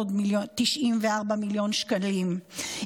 עוד 94 מיליון שקלים,